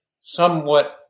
somewhat